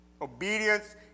Obedience